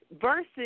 Versus